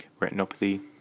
retinopathy